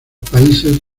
países